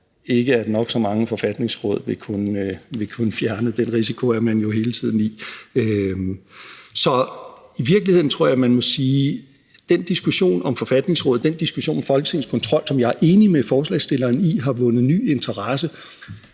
ikke at nok så mange forfatningsråd vil kunne fjerne. Den risiko er man jo hele tiden i. Så i virkeligheden tror jeg, at man må sige, at den diskussion om forfatningsråd og den diskussion om Folketingets kontrol, som jeg er enig med forslagsstilleren i har vundet ny interesse,